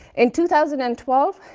in two thousand and twelve,